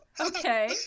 okay